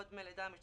יש